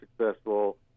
successful